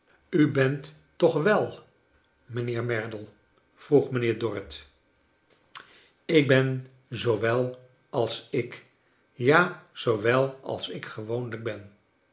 u bent toch wel mijnheer merdle vroeg mijnheer dorrit ik ben zoo wel als ik ja zoo wel als ik gewoonlijk ben